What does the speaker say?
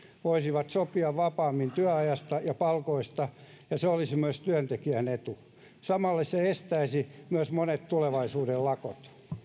voisivat sopia vapaammin työajasta ja palkoista ja se olisi myös työntekijän etu samalla se estäisi monet tulevaisuuden lakot